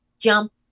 jump